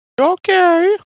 Okay